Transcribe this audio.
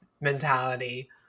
mentality